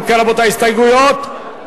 אם כן, רבותי, ההסתייגות לא